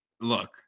Look